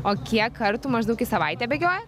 o kiek kartų maždaug į savaitę bėgioji